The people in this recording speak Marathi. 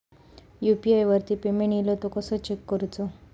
यू.पी.आय वरती पेमेंट इलो तो कसो चेक करुचो?